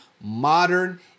Modern